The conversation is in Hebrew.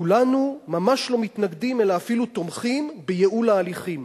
כולנו ממש לא מתנגדים אלא אפילו תומכים בייעול ההליכים.